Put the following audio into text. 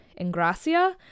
Ingracia